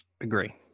Agree